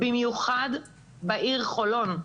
במיוחד בעיר חולון,